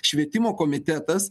švietimo komitetas